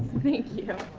thank you.